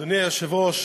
אדוני היושב-ראש,